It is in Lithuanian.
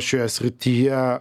šioje srityje